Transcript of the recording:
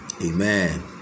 Amen